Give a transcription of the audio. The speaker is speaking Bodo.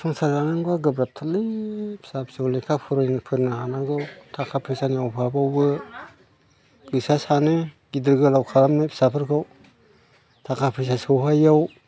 संसार जानांगौआ गोब्राबथारलै फिसा फिसौ लेखा फरायहोनो फोरोंहोनो हानांगौ थाखा फैसानि अभाबआवबो गोसोआ सानो गिदिर गोलाव खालामनो फिसाफोरखौ थाखा फैसा सौहायैयाव